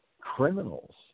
criminals